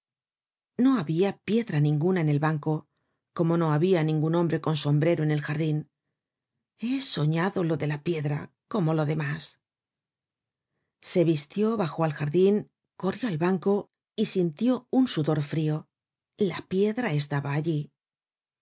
no habia piedra ninguna en el banco como no habia ningun hombre con sombrero en el jardin he soñado lo de la piedra como lo demás se vistió bajó al jardin corrió al banco y sintió un sudor frio la piedra estaba allí